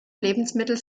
lebensmittel